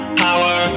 power